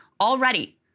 already